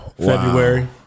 February